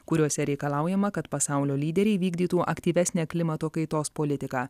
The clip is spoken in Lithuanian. kuriuose reikalaujama kad pasaulio lyderiai vykdytų aktyvesnę klimato kaitos politiką